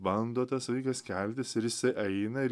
bando tas vaikas keltis ir jis eina ir